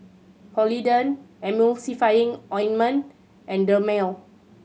Polident Emulsying Ointment and Dermale